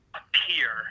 appear